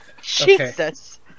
Jesus